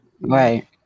Right